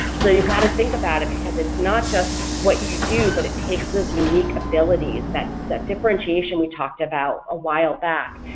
so you've got to think about it because it's not just what you do, but it takes those unique abilities that that differentiation we talked about a while back,